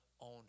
own